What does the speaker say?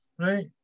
right